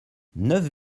neuf